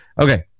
Okay